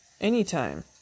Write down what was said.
anytime